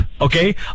Okay